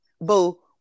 Boo